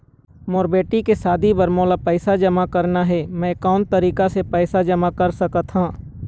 मोर बेटी के शादी बर मोला पैसा जमा करना हे, म मैं कोन तरीका से पैसा जमा कर सकत ह?